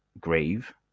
grave